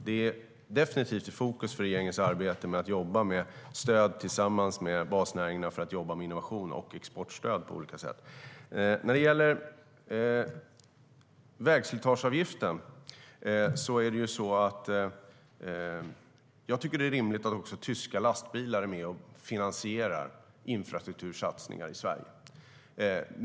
Det är definitivt i fokus för regeringens arbete när det gäller att tillsammans med basnäringarna jobba med innovation och exportstöd på olika sätt. När det gäller vägslitageavgiften tycker jag att det är rimligt att också tyska lastbilar är med och finansierar infrastruktursatsningar i Sverige.